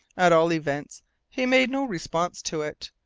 at all events he made no response to it,